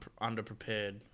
underprepared